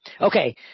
Okay